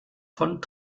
von